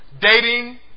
Dating